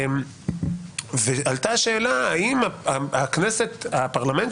אשר לפי הנוסח שנמצא בפני הוועדה,